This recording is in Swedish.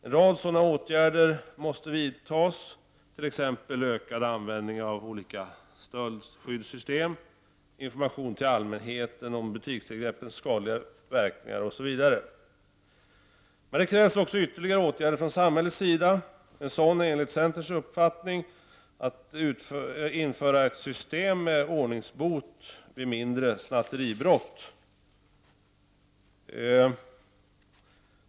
En rad sådana åtgärder måste vidtas, t.ex. ökad användning av olika stöldskyddssystem, information till allmänheten om butikstillgreppens skadliga verkningar osv. Det krävs emellertid ytterligare åtgärder från samhällets sida. En sådan åtgärd är enligt centerns uppfattning att införa ett system med ordningsbot vid mindre snatteribrott.